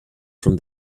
from